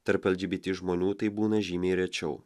tarp lgbt žmonių taip būna žymiai rečiau